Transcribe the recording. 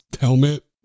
helmet